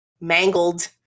mangled